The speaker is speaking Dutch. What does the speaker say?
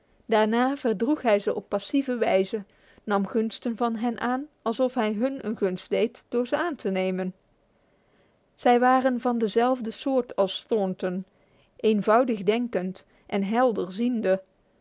daarna verdroeg hij hen op passieve wijze nam gunsten van hen aan alsof hij hun een gunst deed door ze aan te nemen zij waren van dezelfde soort als thornton eenvoudig denkend en